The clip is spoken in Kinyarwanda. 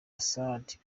assad